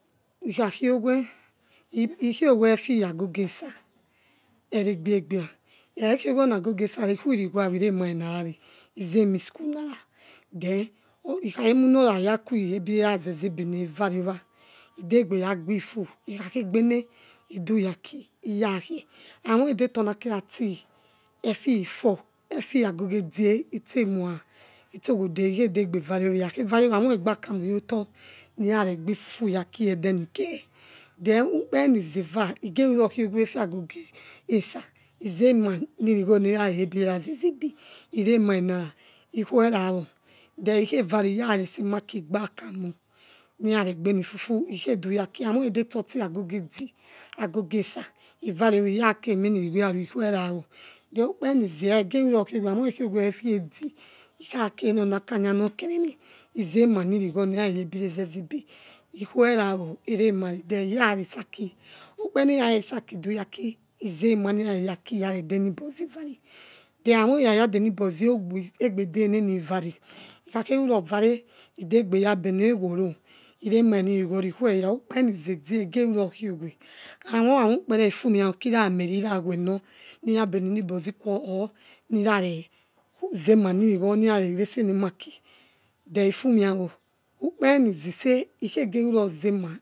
Ikhakiowe ikiowe efe agogo esa eregbebia ikake kiowe oni ogoge esa ra ire mare nirare izemi school nara then ikhakhe munora ra kuebireraze zebene ivario wa ide gbe ragb fu ikhakhegebe iduya aki iyakie amoi idetor oni aki rasi efe four fie agoge idge its ewo itso gode ikhedegbe variowa ikhavario hamoi igba kamu yoto nirare gbifu yaki edenike then ukpereni zeva igeraro khowe efe agogi esa izema nirigho nere nayebi rerazazebe irema renara ikuwerawo then ikhevare irarese emaki igbakamu ni raregbe nifufu iduaki amoi idetor sti agogi edge agogi esa ivare owa ivake emienrigho rare ikuera wo then ukpere nizera amoi igeruro kiowe efe edge ikhake norni akanya nor kereme izemanirigho nera reye b dire ze wonobe ikuerawo eremare then iraresiaki ukperenira rese aki duyaki izemanirare yaki radeni bozivare ohen amie ikheyadenibozi igbede nenivare ikarurovare idegbe yabeno oworo inemarenirighore ikweya ukpere nize edge ige roro khiowe amo amoi ukpere ifu miea okira ameh rira weno nirabeni enibozi quo or nirare zema nirigho irese ni emaki then ofumiawo ukpe reni izi ese ikege rurozema.